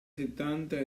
settanta